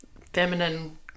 feminine